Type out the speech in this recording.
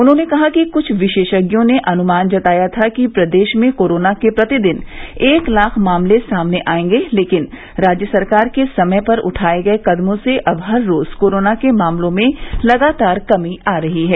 उन्होंने कहा कि कृष्ठ विशेषज्ञों ने अनुमान जताया था कि प्रदेश में कोरोना के प्रतिदिन एक लाख मामले सामने आयेंगे लेकिन राज्य सरकार के समय पर उठाये गये कदमों से अब हर रोज कोरोना के मामलों में लगातार कमी आ रही है